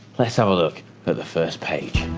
let's have a look at the first page.